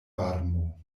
varmo